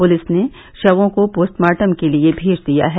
police ने शवों को पोस्टमार्टम के लिये भेज दिया है